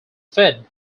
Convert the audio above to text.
fed